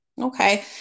Okay